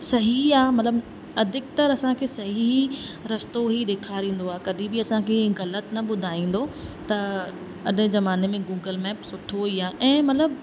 सही आहे मतिलबु अधिकतर असांखे सही रस्तो ई ॾेखारींदो आहे कॾहिं बि असांखे ग़लति न ॿुधाईंदो त अॼु ज़माने में गूगल मैप सुठो ई आहे ऐं मतिलबु